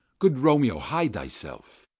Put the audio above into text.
good romeo, hide thyself.